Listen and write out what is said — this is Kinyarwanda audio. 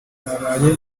kabaye